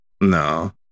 No